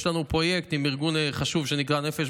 יש לנו פרויקט עם ארגון חשוב שנקרא נפש